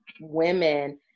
women